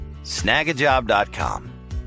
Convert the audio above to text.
Snagajob.com